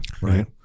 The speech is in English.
right